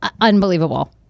unbelievable